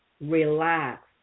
relax